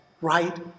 right